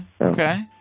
Okay